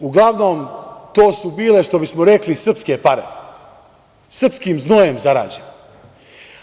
Uglavnom, to su bile, što bismo rekli, srpske pare srpskim znojem zarađene.